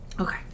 Okay